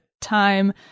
time